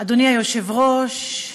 אדוני היושב-ראש,